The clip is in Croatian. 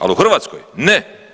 Ali u Hrvatskoj ne.